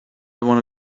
wanna